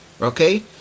okay